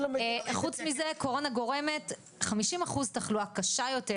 חוץ מזה, קורונה גורמת 50% תחלואה קשה יותר